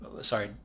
sorry